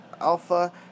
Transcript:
Alpha